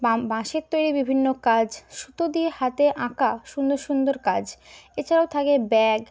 বাঁশের তৈরি বিভিন্ন কাজ সুতো দিয়ে হাতে আঁকা সুন্দর সুন্দর কাজ এছাড়াও থাকে ব্যাগ